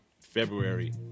February